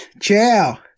Ciao